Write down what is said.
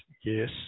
yes